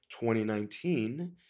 2019